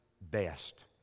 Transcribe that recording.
best